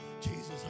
Jesus